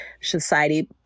Society